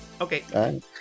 Okay